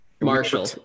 Marshall